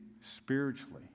spiritually